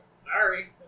sorry